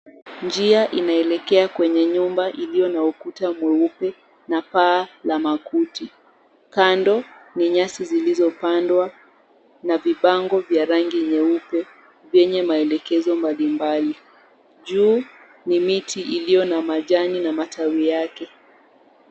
Njia inaelekea kwenye nyumba iliyo na ukuta mweupe na paa la makuti kando ni nyasi zilizopandwa na vibango vya rangi nyeupe venye maelekezo mbalimbali. Juu ni miti iliyo na majani na matawi yake.